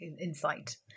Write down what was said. insight